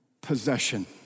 possession